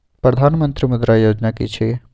प्रधानमंत्री मुद्रा योजना कि छिए?